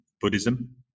Buddhism